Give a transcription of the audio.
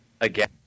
again